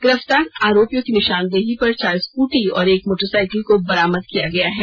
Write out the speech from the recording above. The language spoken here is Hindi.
गिरफ्तार आरोपियों की निशानदेही पर चार स्कूटी और एक मोटरसाईकिल को बरामद किया गया है